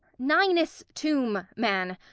ninus tomb man!